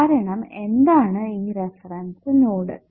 കാരണം എന്താണ് ഈ റഫറൻസ് നോഡു